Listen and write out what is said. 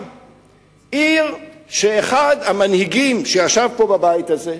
עיר שאחד המנהיגים שישב פה בבית הזה,